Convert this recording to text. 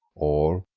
or,